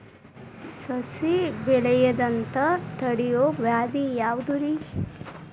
ಸಸಿ ಬೆಳೆಯದಂತ ತಡಿಯೋ ವ್ಯಾಧಿ ಯಾವುದು ರಿ?